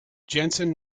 jensen